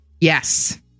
Yes